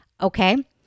okay